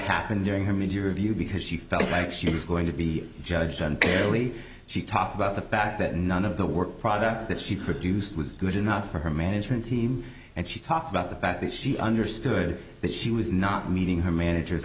happened during her mid year review because she felt like she was going to be judged unfairly she talked about the fact that none of the work product that she produced was good enough for her management team and she talked about the fact that she understood that she was not meeting her manager